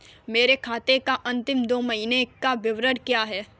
मेरे खाते का अंतिम दो महीने का विवरण क्या है?